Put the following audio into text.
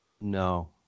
No